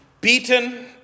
beaten